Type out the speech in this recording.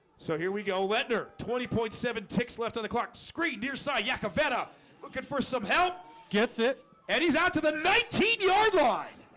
so here we go. let nerd twenty point seven ticks left on the clock screen nearside yakavetta looking for some help gets it and he's out to the nineteen yard line